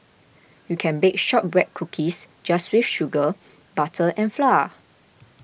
you can bake Shortbread Cookies just with sugar butter and flour